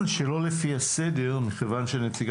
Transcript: מי נציג